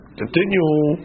continue